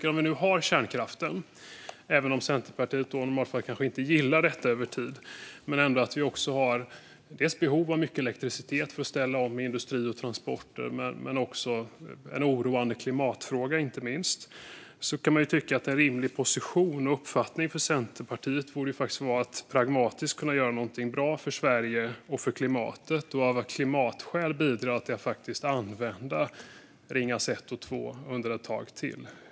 Om vi nu har kärnkraft, även om Centerpartiet i normala fall kanske inte gillar detta över tid, och vi har behov av mycket elektricitet för att ställa om industri och transporter men också och inte minst en oroande klimatfråga kan man tycka att en rimlig position och uppfattning för Centerpartiet borde vara att pragmatiskt göra något bra för Sverige och för klimatet och att av klimatskäl bidra till att Ringhals 1 och 2 används ett tag till.